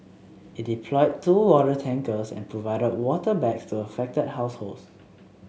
it deployed two water tankers and provided water bags to affected households